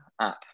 app